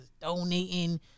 donating